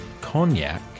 cognac